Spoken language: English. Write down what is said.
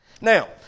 Now